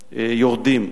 יורדות.